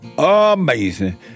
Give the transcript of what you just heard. Amazing